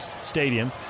stadium